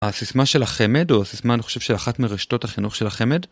הסיסמה של החמד, או הסיסמה, אני חושב, של אחת מרשתות החינוך של החמד